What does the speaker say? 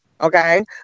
Okay